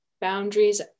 boundaries